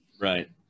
Right